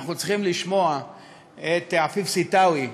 אנחנו צריכים לשמוע את עפיף סתאוי,